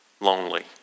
Lonely